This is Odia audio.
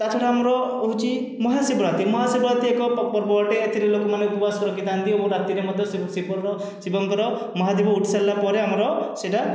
ତା ଛଡ଼ା ଆମର ହେଉଛି ମହା ଶିବରାତ୍ରି ମହା ଶିବରାତ୍ରି ଏକ ପର୍ବ ଅଟେ ଏଥିରେ ଲୋକମାନେ ଉପବାସ ରଖିଥାନ୍ତି ଏବଂ ରାତିରେ ମଧ୍ୟ ଶିବ ଶିବର ଶିବଙ୍କର ମହାଦୀପ ଉଠି ସାରିଲା ପରେ ଆମର ସେଇଟା